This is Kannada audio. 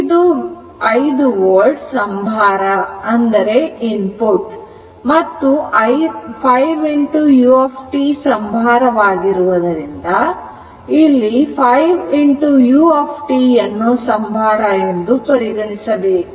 ಇದು 5 volt ಸಂಭಾರ ಮತ್ತು 5 u ಸಂಭಾರ ಆಗಿರುವುದರಿಂದ ಇಲ್ಲಿ ಕೇವಲ 5 u ಸಂಭಾರ ಎಂದು ಪರಿಗಣಿಸಬೇಕು